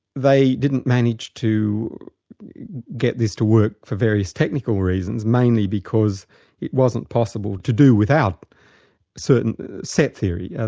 they didn't manage to get this to work for various technical reasons, mainly because it wasn't possible to do without certain set theory,